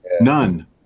None